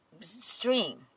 stream